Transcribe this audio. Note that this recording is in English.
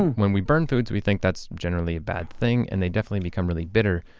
when we burn foods, we think that's generally a bad thing. and they definitely become really bitter,